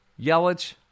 Yelich